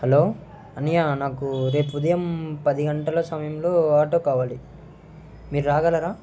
hello అన్నయా నాకు రేపు ఉదయం పది గంటల సమయంలో ఆటో కావాలి మీరు రాగలరా